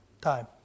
time